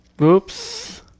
Oops